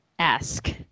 ask